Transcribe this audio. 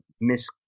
Miss